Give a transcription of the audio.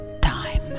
time